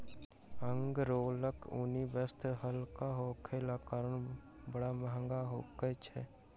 अंगोराक ऊनी वस्त्र हल्लुक होयबाक कारणेँ बड़ महग होइत अछि